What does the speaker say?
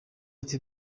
ati